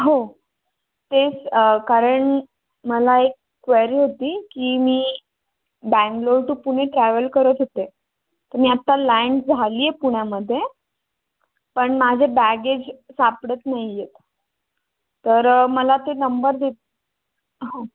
हो तेच कारण मला एक क्वेअरी होती की मी बँगलोर टू पुणे ट्रॅव्हल करत होते तर मी आत्ता लँड झाली आहे पुण्यामध्ये पण माझे बॅगेज सापडत नाही आहेत तर मला ते नंबर देत हो